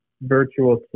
virtual